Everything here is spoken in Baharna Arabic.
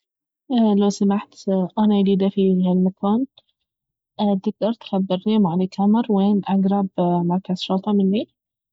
لو سمحت انا يديدة في هالمكان تقدر تخبرني ما عليك امر وين اقرب مركز شرطة مني؟